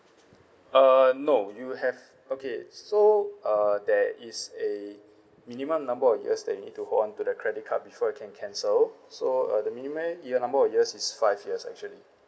uh no you have okay so uh there is a minimum number of years that you need to hold on to the credit card before you can cancelled so uh the minimum number of years is five years actually